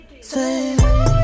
Say